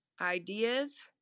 ideas